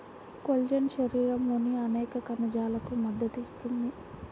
collagen శరీరంలోని అనేక కణజాలాలకు మద్దతు ఇస్తుంది